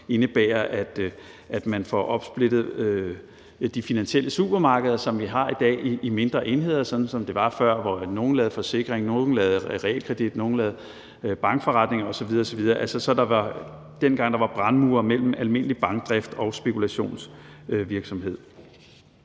også indebærer, at man får opsplittet de finansielle supermarkeder, som vi har i dag, i mindre enheder, sådan som det var før, hvor nogle lavede forsikring, nogle lavede realkredit, nogle lavede bankforretning osv. osv., altså dengang der var brandmure mellem almindelig bankdrift og spekulationsvirksomhed.